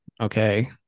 Okay